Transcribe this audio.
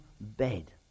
bed